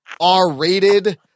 R-rated